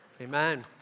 Amen